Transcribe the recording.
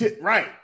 Right